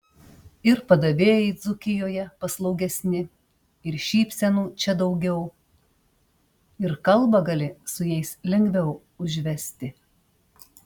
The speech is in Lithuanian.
ir padavėjai dzūkijoje paslaugesni ir šypsenų čia daugiau ir kalbą gali su jais lengviau užvesti